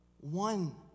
one